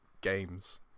games